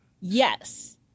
yes